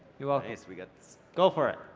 you're welcome. nice, we got this. go for it.